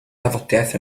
dafodiaith